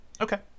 Okay